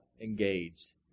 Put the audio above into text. engaged